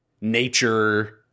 nature